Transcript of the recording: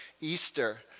Easter